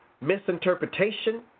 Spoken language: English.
misinterpretation